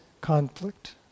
conflict